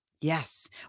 Yes